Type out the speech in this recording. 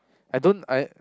I don't I